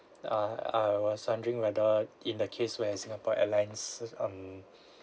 uh I was wondering whether in the case where Singapore Airlines se~ um